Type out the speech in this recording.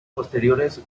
posteriores